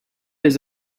les